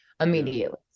immediately